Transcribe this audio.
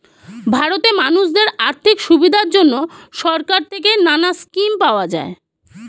ভারতে মানুষদের আর্থিক সুবিধার জন্যে সরকার থেকে নানা স্কিম পাওয়া যায়